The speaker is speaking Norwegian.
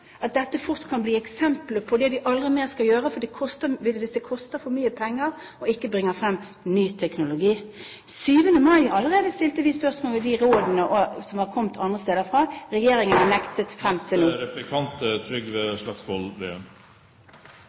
at dette fort kan bli eksemplet på det vi aldri mer skal gjøre, hvis det koster for mye penger og ikke bringer frem ny teknologi. Allerede 7. mai i fjor stilte vi spørsmål ved de rådene som var kommet andre steder fra, og regjeringen nektet – frem til